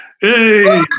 Hey